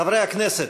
חברי הכנסת,